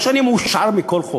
לא שאני מאושר מכל חוק,